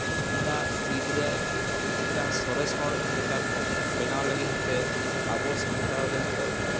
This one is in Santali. ᱚᱱᱟ ᱜᱤᱫᱽᱨᱟᱹ ᱢᱤᱫᱴᱟᱱ ᱥᱚᱨᱮᱥ ᱦᱚᱲ ᱵᱮᱴᱟᱨ ᱵᱮᱱᱟᱣ ᱞᱟᱹᱜᱤᱫ ᱛᱮ ᱟᱵᱚ ᱥᱟᱱᱛᱟᱲ ᱨᱮᱱ ᱫᱚ